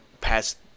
past